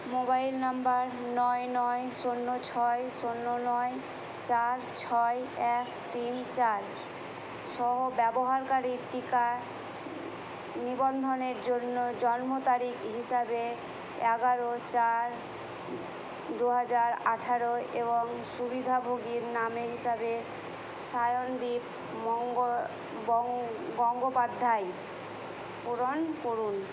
mobile নম্বর নয় নয় শূন্য ছয় শূন্য নয় চার ছয় এক তিন চার সহ ব্যবহারকারীর টিকা নিবন্ধনের জন্য জন্মতারিখ হিসাবে এগারো চার দুহাজার আঠারোয় এবং সুবিধাভোগীর নামে হিসাবে শায়নদ্বীপ মঙ্গো বঙ্গ গঙ্গোপাধ্যায় পূরণ করুন